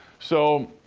so,